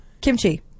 Kimchi